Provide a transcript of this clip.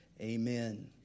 Amen